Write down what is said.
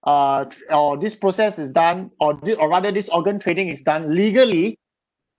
uh or this process is done or th~ or rather this organ trading is done legally